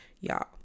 Y'all